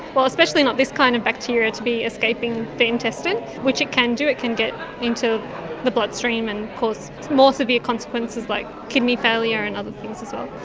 well, especially not this kind of bacteria to be escaping the intestine, which it can do, it can get into the bloodstream and cause more severe consequences like kidney failure and other things as well.